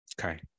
okay